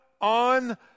on